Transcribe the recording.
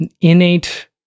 innate